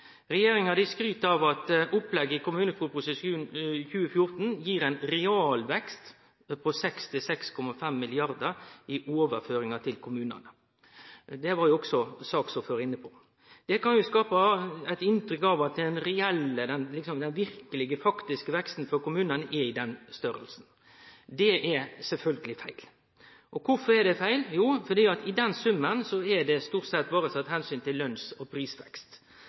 Regjeringa skryter av at opplegget i kommuneproposisjonen 2014 gir ein realvekst på 6–6,5 mrd. kr i overføringar til kommunane. Det var også ordføraren for saka inne på. Det kan skape eit inntrykk av at den reelle, den verkelege, faktiske veksten for kommunane er i den størrelsen. Det er sjølvsagt feil. Og kvifor er det feil? Jau, i den summen er det stort sett berre tatt omsyn til lønns- og prisvekst.